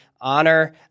honor